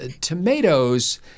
tomatoes